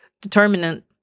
determinant